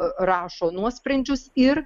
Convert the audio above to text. rašo nuosprendžius ir